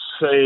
say